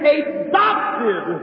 adopted